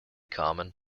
common